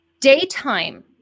daytime